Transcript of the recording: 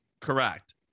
Correct